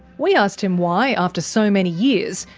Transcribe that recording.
we asked him why, after so many years,